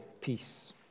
peace